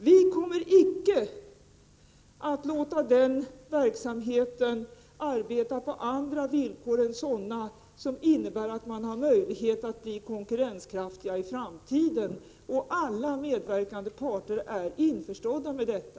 De som arbetar med denna verksamhet kommer bara att tillåtas arbeta på sådana villkor som innebär att de har möjlighet att bli konkurrenskraftiga i framtiden. Alla medverkande parter är också införstådda med detta.